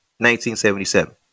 1977